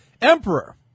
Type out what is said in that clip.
Emperor